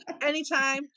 Anytime